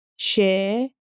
share